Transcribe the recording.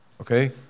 okay